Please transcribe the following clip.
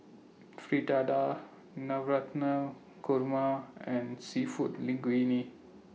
Fritada Navratan Korma and Seafood Linguine